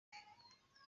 bwe